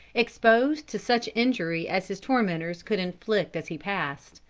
exposed to such injury as his tormentors could inflict as he passed.